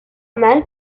mal